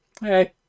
hey